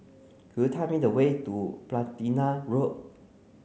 could you tell me the way to Platina Road